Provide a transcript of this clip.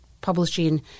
publishing –